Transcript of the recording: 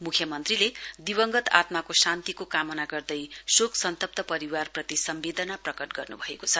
मुख्यमन्त्रीले दिवगंत आत्माको शान्तिको कामना गर्दै शोकन्सन्तप्त परिवारप्रति सम्वेदना प्रकट गर्न्भएको छ